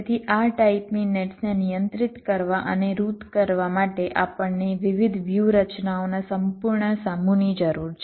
તેથી આ ટાઇપની નેટ્સને નિયંત્રિત કરવા અને રુટ કરવા માટે આપણને વિવિધ વ્યૂહરચનાઓના સંપૂર્ણ સમૂહની જરૂર છે